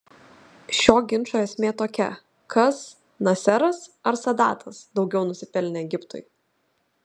šio ginčo esmė tokia kas naseras ar sadatas daugiau nusipelnė egiptui